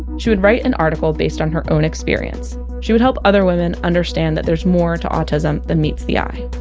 she would write an article based on her own experience she would help other women understand that there's more to autism than meets the eye